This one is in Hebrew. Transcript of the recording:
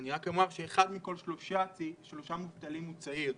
רק אומר שאחד מכל שלושה מובטלים הוא צעיר.